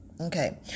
Okay